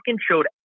showed